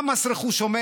מה מס רכוש אומר?